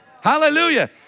Hallelujah